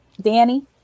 Danny